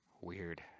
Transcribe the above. Weird